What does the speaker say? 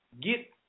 get